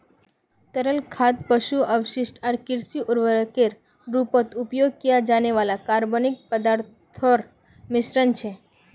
तरल खाद पशु अपशिष्ट आर कृषि उर्वरकेर रूपत उपयोग किया जाने वाला कार्बनिक पदार्थोंर मिश्रण छे